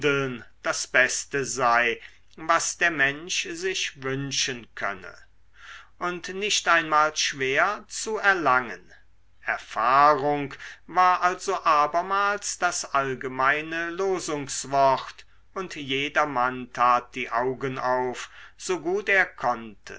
das beste sei was der mensch sich wünschen könne und nicht einmal schwer zu erlangen erfahrung war also abermals das allgemeine losungswort und jedermann tat die augen auf so gut er konnte